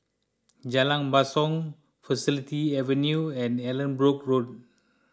Jalan Basong Faculty Avenue and Allanbrooke Road